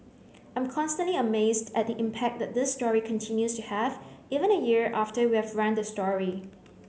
I'm constantly amazed at the impact that this story continues to have even a year after we have run the story